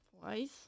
Twice